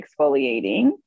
exfoliating